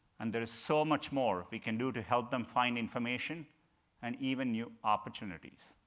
and there is so much more we can do to help them find information and even new opportunities.